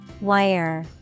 Wire